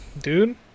Dude